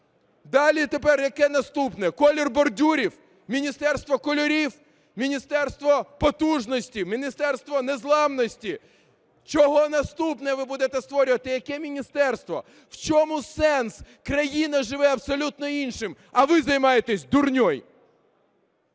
Далі, тепер яке наступне? Колір бордюрів? Міністерство кольорів? Міністерство потужності? Міністерство незламності? Чого наступне ви будете створювати, яке міністерство? В чому сенс? Країна живе абсолютно іншим, а ви займаєтесь дурней.